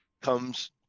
comes